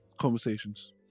conversations